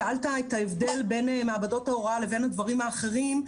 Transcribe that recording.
שאלת על ההבדל בין מעבדות הוראה לבין הדברים האחרים.